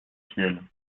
ciel